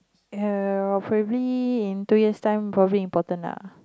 um probably in two years time probably important lah